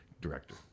director